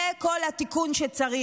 זה כל התיקון שצריך.